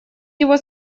его